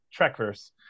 Trekverse